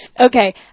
Okay